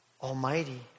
almighty